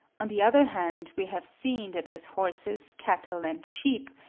on the other hand, we have seen that with horses, cattle, and sheep,